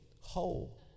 whole